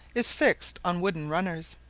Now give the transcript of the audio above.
is fixed on wooden runners,